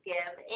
Give